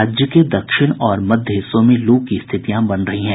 राज्य के दक्षिण और मध्य हिस्सों में लू की स्थितियां बन रही हैं